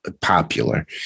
Popular